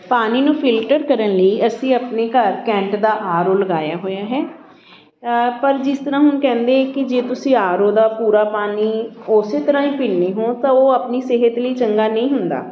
ਪਾਣੀ ਨੂੰ ਫਿਲਟਰ ਕਰਨ ਲਈ ਅਸੀਂ ਆਪਣੇ ਘਰ ਕੈਂਟ ਦਾ ਆਰ ਓ ਲਗਾਇਆ ਹੋਇਆ ਹੈ ਪਰ ਜਿਸ ਤਰ੍ਹਾਂ ਹੁਣ ਕਹਿੰਦੇ ਕਿ ਜੇ ਤੁਸੀਂ ਆਰ ਓ ਦਾ ਪੂਰਾ ਪਾਣੀ ਉਸੇ ਤਰ੍ਹਾਂ ਹੀ ਪੀਂਦੇ ਹੋ ਤਾਂ ਉਹ ਆਪਣੀ ਸਿਹਤ ਲਈ ਚੰਗਾ ਨਹੀਂ ਹੁੰਦਾ